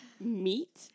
meat